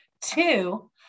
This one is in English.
two